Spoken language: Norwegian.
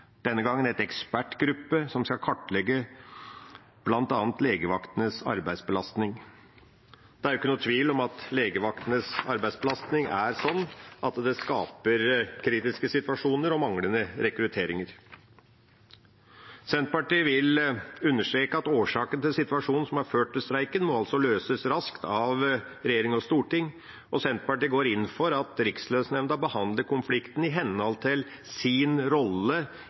denne gangen en ekspertgruppe som skal kartlegge bl.a. legevaktenes arbeidsbelastning. Det er ikke noen tvil om at legevaktenes arbeidsbelastning er sånn at det skaper kritiske situasjoner og manglende rekruttering. Senterpartiet vil understreke at årsaken til situasjonen som har ført til streiken, må løses raskt av regjering og storting, og Senterpartiet går inn for at Rikslønnsnemnda behandler konflikten i henhold til sin rolle